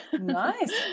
Nice